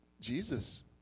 Jesus